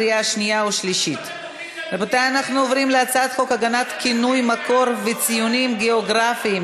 34 חברי כנסת בעד, אין מתנגדים, אין נמנעים.